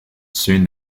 soon